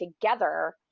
together